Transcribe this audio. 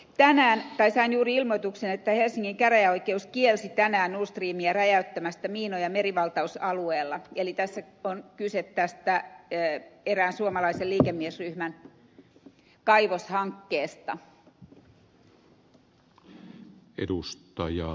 sain juuri ilmoituksen että helsingin käräjäoikeus kielsi tänään nord streamia räjäyttämästä miinoja merivaltausalueella eli tässä on kyse tästä erään suomalaisen liikemiesryhmän kaivoshankkeesta